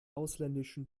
ausländischen